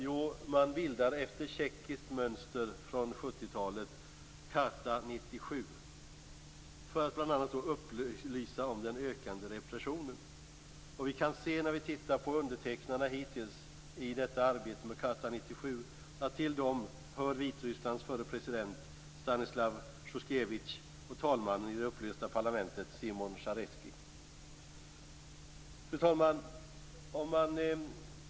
Jo, efter tjeckiskt mönster från 70-talet bildar man Charta 97, för att bl.a. upplysa om den ökande repressionen. Till de hittillsvarande undertecknarna hör Vitrysslands förre president Stanislav Sjusjkievitj och talmannen i det upplösta parlamentet, Simeon Sjarecki.